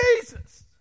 Jesus